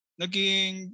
naging